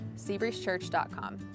seabreezechurch.com